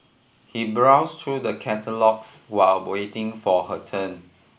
he browsed through the catalogues while waiting for her turn